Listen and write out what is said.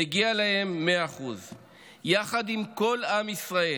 מגיע להם 100%. יחד עם כל עם ישראל